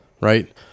Right